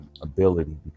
ability